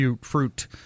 fruit